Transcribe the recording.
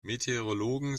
meteorologen